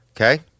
Okay